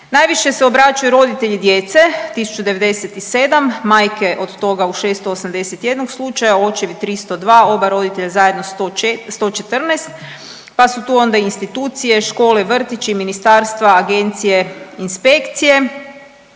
Najviše se obraćaju roditelji djece 1.097, majke od toga u 681 slučaja, očevi 302, oba roditelja zajedno 114 pa su tu onda i institucije, škole, vrtići, ministarstva, agencije, inspekcije.